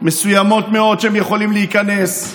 מסוימות מאוד שהם יכולים להיכנס.